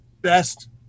Best